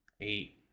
eight